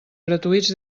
gratuïts